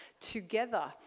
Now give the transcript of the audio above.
together